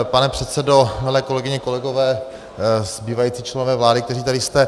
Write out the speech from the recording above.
Pane předsedo, milé kolegyně, kolegové, zbývající členové vlády, kteří tady jste.